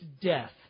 death